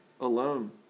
alone